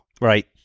Right